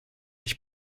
ich